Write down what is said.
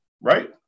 Right